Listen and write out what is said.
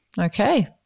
Okay